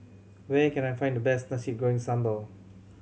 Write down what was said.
where can I find the best Nasi Goreng Sambal